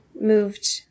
moved